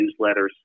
newsletters